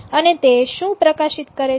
અને તે શું પ્રકાશિત કરે છે